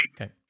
Okay